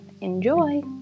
enjoy